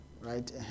right